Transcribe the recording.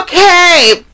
Okay